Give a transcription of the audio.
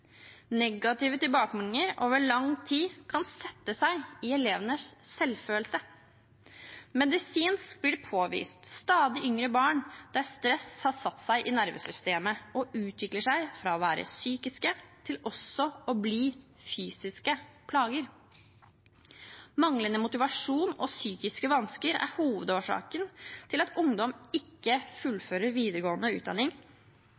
Negative tilbakemeldinger over lang tid kan sette seg i elevenes selvfølelse. Medisinsk blir det påvist for stadig yngre barn at stress har satt seg i nervesystemet og utviklet seg fra å være psykiske til å bli fysiske plager. Manglende motivasjon og psykiske vansker er hovedårsaken til at ungdom ikke fullfører videregående utdanning.